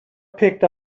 picked